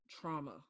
trauma